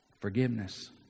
forgiveness